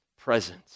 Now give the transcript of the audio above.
presence